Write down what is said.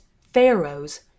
Pharaoh's